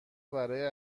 برای